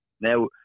Now